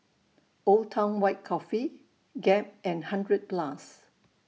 Old Town White Coffee Gap and hundred Plus